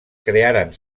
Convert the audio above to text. crearen